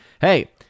Hey